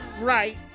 right